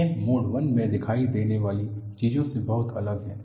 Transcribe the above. यह मोड 1 में दिखाई देने वाली चीज़ों से बहुत अलग है